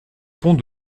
pont